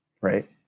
Right